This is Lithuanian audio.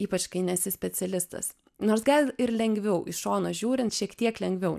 ypač kai nesi specialistas nors gal ir lengviau iš šono žiūrint šiek tiek lengviau